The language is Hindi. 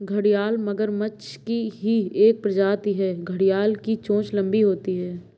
घड़ियाल मगरमच्छ की ही एक प्रजाति है घड़ियाल की चोंच लंबी होती है